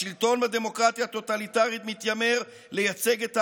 השלטון בדמוקרטיה הטוטליטרית מתיימר לייצג את ההמונים,